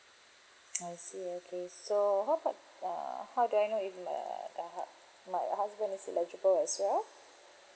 I see okay so how about err how do I know if m~ err the hub~ my husband is eligible as well